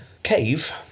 Cave